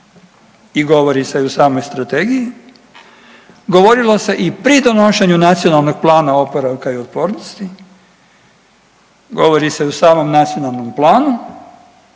i govori se i u samoj strategiji, govorilo se i pri donošenju NPOO-a, govori se i u samom nacionalnom planu